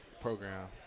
program